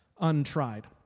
untried